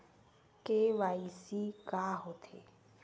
KYC का होथे?